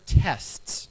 tests